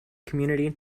community